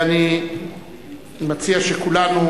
ואני מציע שכולנו,